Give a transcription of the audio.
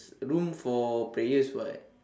room for prayers [what]